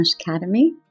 Academy